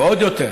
ועוד יותר,